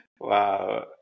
Wow